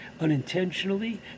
unintentionally